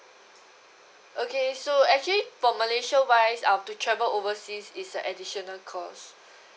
okay so actually for malaysia wise um to travel overseas is a additional cost